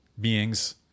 beings